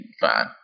fine